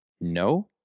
no